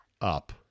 up